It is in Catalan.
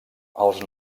els